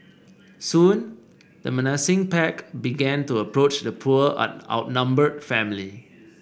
soon the menacing pack began to approach the poor outnumbered family